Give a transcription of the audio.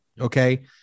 Okay